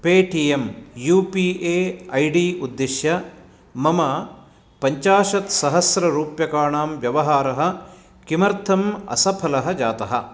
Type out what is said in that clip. pay T M U P A I D उद्दिश्य मम पञ्चाशत्सहस्ररूप्यकाणां व्यवहारः किमर्थम् असफलः जातः